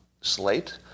slate